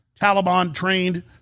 Taliban-trained